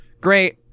Great